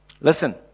listen